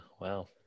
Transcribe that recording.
wow